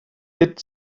kid